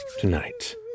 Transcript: tonight